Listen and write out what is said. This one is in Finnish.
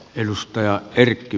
arvoisa puhemies